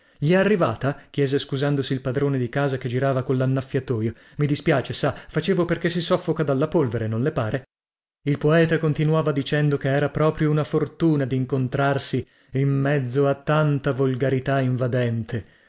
gli è arrivata chiese scusandosi il padrone di casa che girava collannaffiatoio mi dispiace sa facevo perchè si soffoca dalla polvere non le pare il poeta continuava dicendo che era proprio una fortuna dincontrarsi in mezzo a tanta volgarità invadente